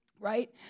right